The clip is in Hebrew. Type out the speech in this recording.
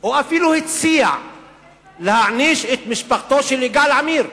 או אפילו הציע להעניש את משפחתו של יגאל עמיר.